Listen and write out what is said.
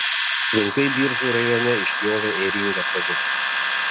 vilkai biržų rajone išpjovė ėringas avis